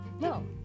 No